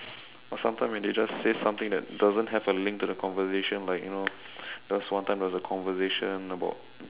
or sometime when they just say something that doesn't have a link to the conversation like you know there was one time there was a conversation about